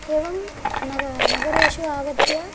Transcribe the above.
एवं नग नगरेषु आगत्य